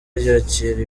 yakira